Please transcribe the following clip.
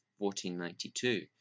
1492